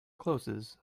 closes